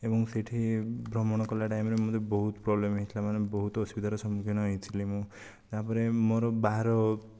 ଏବଂ ସେଠି ଭ୍ରମଣ କଲା ଟାଇମ୍ରେ ମୋତେ ବହୁତ ପ୍ରୋବ୍ଲେମ୍ ହେଇଥିଲା ମାନେ ବହୁତ ଅସୁବିଧାର ସମ୍ମୁଖୀନ ହେଇଥିଲି ମୁଁ ତାପରେ ମୋର ବାହାର